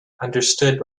understood